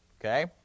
okay